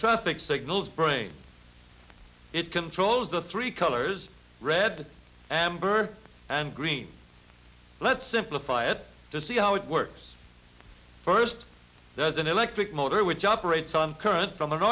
traffic signals brain it controls the three colors red and blue or and green let's simplify it to see how it works first there's an electric motor which operates on current from an